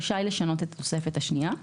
רשאי לשנות את התוספת השנייה.